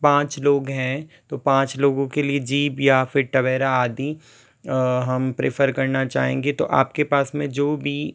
पाँच लोग हैं तो पाँच लोगों के लिए जीप या फिर टवेरा आदि हम प्रिफ़र करना चाहेंगे तो आप के पास में जो भी